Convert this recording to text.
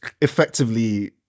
effectively